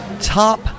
top